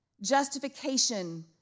justification